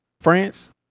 France